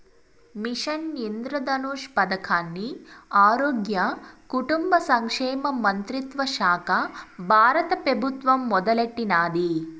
machine Indradhanush పదకాన్ని ఆరోగ్య, కుటుంబ సంక్షేమ మంత్రిత్వశాక బారత పెబుత్వం మొదలెట్టినాది